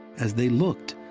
as they looked,